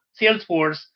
Salesforce